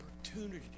opportunity